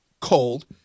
cold